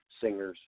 singers